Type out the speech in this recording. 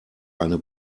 eine